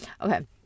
okay